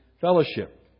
fellowship